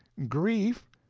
grief,